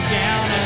down